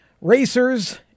racers